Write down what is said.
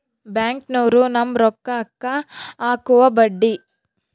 ಬ್ಯಾಂಕ್ನೋರು ನಮ್ಮ್ ರೋಕಾಕ್ಕ ಅಕುವ ಬಡ್ಡಿ